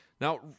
Now